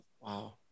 Wow